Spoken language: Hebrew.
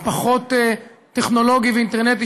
הפחות טכנולוגי ואינטרנטי,